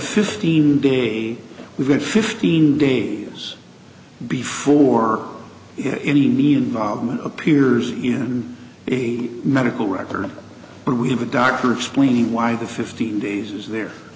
fifteen day we've got fifteen days before any need involvement appears in the medical record but we have a doctor explaining why the fifteen days is